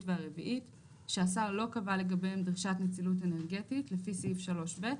והרביעית שהשר לא קבע לגביהם דרישת נצילות אנרגטית לפי סעיף 3ב,